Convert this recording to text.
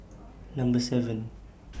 Number seven